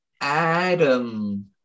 Adam